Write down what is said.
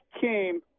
came